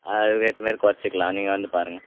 அதுக்கேற்ற மாதிரி குறச்சிக்கிலாம் நீங்கள் வந்து பாருங்கள்